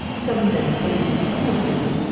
some's fenced in most isn't.